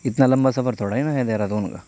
اتنا لمبا سفر تھوڑا ہی نہ ہے دہرادون کا